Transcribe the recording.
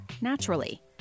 Naturally